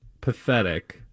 pathetic